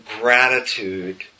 gratitude